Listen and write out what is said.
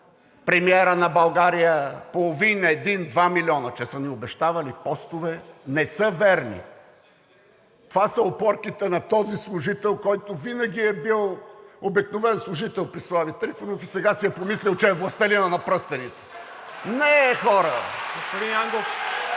премиера на България – половин, един, два милиона, че са ни обещавали постове – не са верни. Това са опорките на този служител, който винаги е бил обикновен служител при Слави Трифонов, и сега си е помислил, че е властелинът на пръстените. Не е, хора. (Ръкопляскания